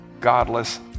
godless